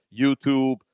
YouTube